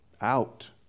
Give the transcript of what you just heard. out